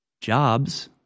Jobs